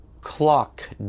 clock